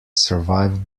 survive